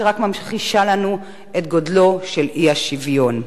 שרק ממחישה לנו את גודלו של האי-שוויון.